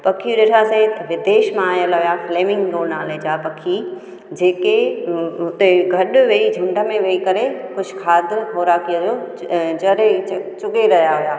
पखी ॾिठासीं त विदेश मां आयल हुया फ्लेमिंग लोनार लेक जा पखी जेके उते गॾु वेही झुंड में वेही करे कुझु खाधलु खुराकियल जॾहिं चुॻे रहिया हुया